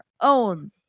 own